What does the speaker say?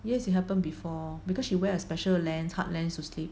yes it happen before because she wear a special lens hard lens to sleep